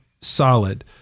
solid